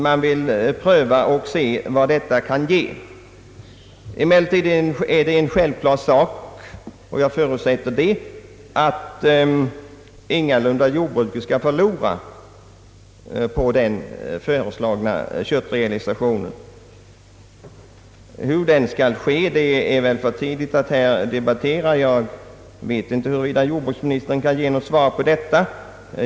Man vill pröva och se vad detta kan ge. Emellertid är det en självklar sak — jag förutsätter det — att jordbruket inte skall förlora på den föreslagna köttrealisationen. Hur den skall ske är väl för tidigt att här debattera. Jag vet inte om jordbruksministern kan ge något svar på detta.